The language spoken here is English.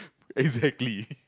exactly